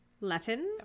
Latin